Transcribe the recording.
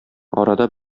арада